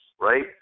right